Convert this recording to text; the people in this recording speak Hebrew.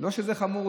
ולא שזה לא חמור,